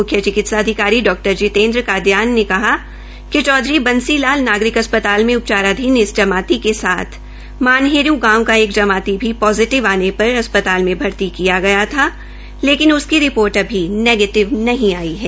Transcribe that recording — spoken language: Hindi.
मुख्य चिकित्सा अधिकारी डॉ जितेन्द्र कादयान ने कहा कि चौधरी बंसी लाल नागरिक अस्पताल में उपाचाराधीन इस जमाती के साथ मानहेरू गांव केा एक जमाती भी पोजिटिव आने पर अस्पताल में भर्ती किया था लेकिन उसकी रिपोर्ट अभी नेगीटिव नहीं आई है